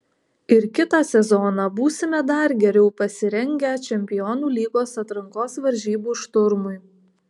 ir kitą sezoną būsime dar geriau pasirengę čempionų lygos atrankos varžybų šturmui